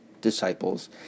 disciples